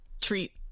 treat